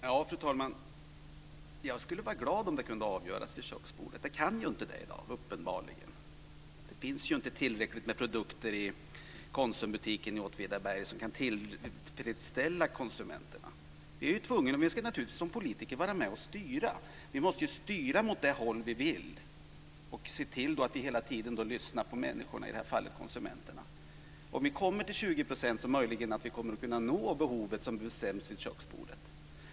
Fru talman! Jag skulle vara glad om det kunde avgöras vid köksbordet, men det kan det uppenbarligen inte i dag. Det finns inte tillräckligt med produkter i Konsumbutiken i Åtvidaberg som kan tillfredsställa konsumenterna. Vi ska naturligtvis som politiker vara med och styra. Vi måste styra mot det håll vi vill och se till att vi hela tiden lyssnar på människorna, i det här fallet konsumenterna. Om vi kommer upp till 20 % kan vi möjligen nå det behov som bestäms vid köksbordet.